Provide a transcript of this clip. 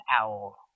Owl